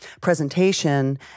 presentation